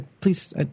Please